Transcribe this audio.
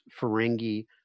Ferengi